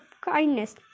kindness